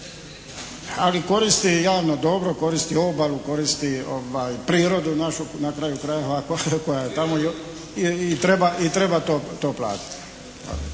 Ali koristi javno dobro, koristi obalu, koristi prirodu našu na kraju krajeva koja je tamo i treba to platiti.